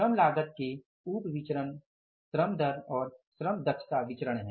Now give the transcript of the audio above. श्रम लागत के उप विचरण श्रम दर और श्रम दक्षता विचरण हैं